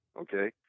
okay